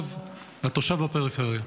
לתושב בפריפריה.